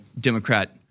Democrat